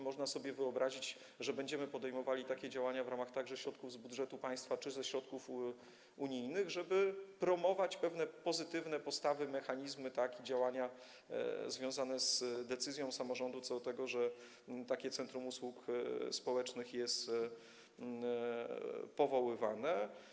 Można sobie wyobrazić, że będziemy podejmowali działania w ramach środków z budżetu państwa czy środków unijnych, żeby promować pewne pozytywne postawy, mechanizmy i działania związane z decyzją samorządu co do tego, że takie centrum usług społecznych jest powoływane.